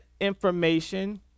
information